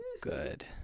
Good